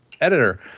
editor